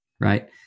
right